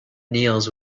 kneels